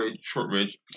Shortridge